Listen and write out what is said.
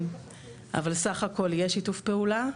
אבל סך הכל יש שיתוף פעולה.